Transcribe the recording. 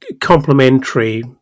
complementary